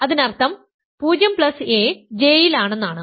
അതിനർത്ഥം 0a J യിലാണെന്നാണ്